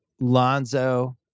Lonzo